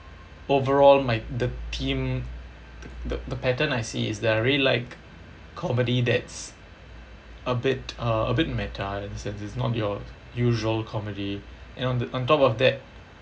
overall my the theme the the pattern I see is that I really like comedy that's a bit uh a bit meta in the sense it's not your usual comedy and on the on top of that